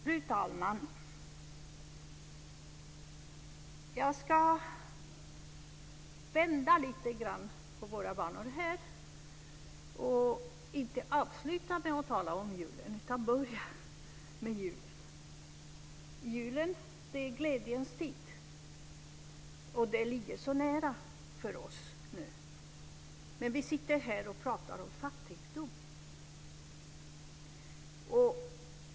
Fru talman! Jag ska vända lite grann på våra vanor och inte avsluta med att tala om julen utan börja med julen. Julen är glädjens tid och den ligger så nära för oss nu. Men vi pratar här om fattigdom.